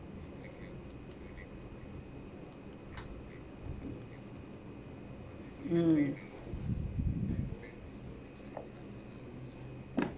mm